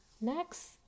Next